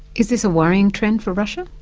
is this a worrying trend for russia?